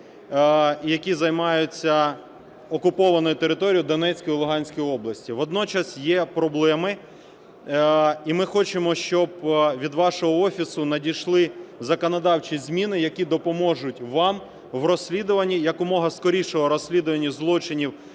які займаються окупованою територією Донецької і Луганської областей. Водночас є проблеми і ми хочемо, щоб від вашого Офісу надійшли законодавчі зміни, які допоможуть вам в розслідуванні, якомога скорішому розслідуванні злочинів,